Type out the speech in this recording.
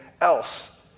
else